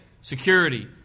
security